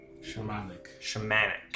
Shamanic